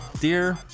dear